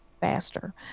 faster